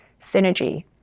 Synergy